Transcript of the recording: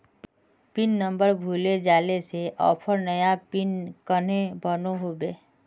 Pin number भूले जाले से ऑफर नया पिन कन्हे बनो होबे?